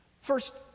First